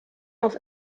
auf